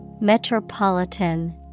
Metropolitan